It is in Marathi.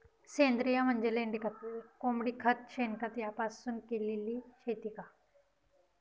सेंद्रिय म्हणजे लेंडीखत, कोंबडीखत, शेणखत यापासून केलेली शेती का?